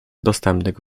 dostępnych